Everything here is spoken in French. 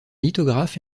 lithographe